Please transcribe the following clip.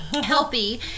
healthy